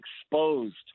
exposed